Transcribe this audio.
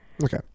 Okay